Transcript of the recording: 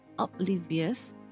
Oblivious